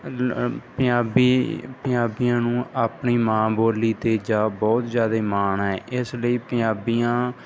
ਪੰਜਾਬੀ ਪੰਜਾਬੀਆਂ ਨੂੰ ਆਪਣੀ ਮਾਂ ਬੋਲੀ 'ਤੇ ਜਾ ਬਹੁਤ ਜ਼ਿਆਦਾ ਮਾਣ ਹੈ ਇਸ ਲਈ ਪੰਜਾਬੀਆਂ